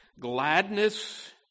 gladness